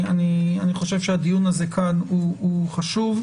אני חושב שהדיון הזה כאן הוא חשוב.